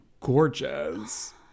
gorgeous